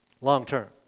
long-term